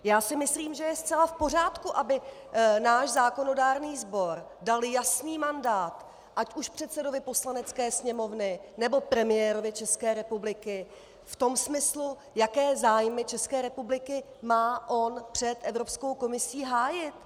Já si myslím, že je zcela v pořádku, aby náš zákonodárný sbor dal jasný mandát ať už předsedovi Poslanecké sněmovny, nebo premiérovi České republiky v tom smyslu, jaké zájmy České republiky má on před Evropskou komisí hájit.